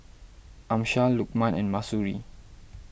Amsyar Lukman and Mahsuri